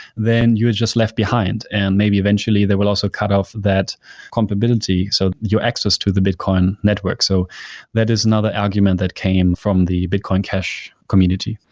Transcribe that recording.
then you're just left behind, and maybe eventually they will also cut off that comparability, so your access to the bitcoin network. so that is another argument that came from the bitcoin cash community.